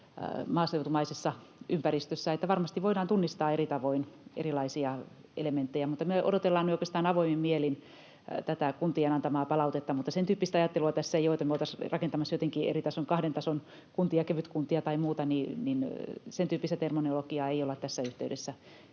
maaseutumaisessa ympäristössä, että varmasti voidaan tunnistaa eri tavoin erilaisia elementtejä. Me odotellaan oikeastaan avoimin mielin tätä kuntien antamaa palautetta, mutta sen tyyppistä ajattelua tässä ei ole, että me oltaisiin rakentamassa jotenkin eri tason, kahden tason kuntia, kevytkuntia tai muuta. Sen tyyppistä terminologiaa ei olla tässä yhteydessä